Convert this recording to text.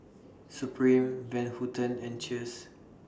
Supreme Van Houten and Cheers